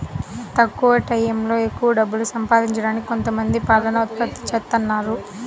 తక్కువ టైయ్యంలో ఎక్కవ డబ్బులు సంపాదించడానికి కొంతమంది పాలని ఉత్పత్తి జేత్తన్నారు